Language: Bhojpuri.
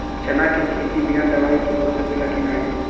चना के खेती बिना दवाई के हो सकेला की नाही?